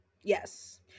Yes